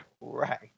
Right